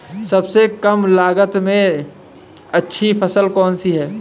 सबसे कम लागत में अच्छी फसल कौन सी है?